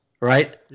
right